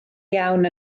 iawn